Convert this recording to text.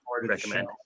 recommend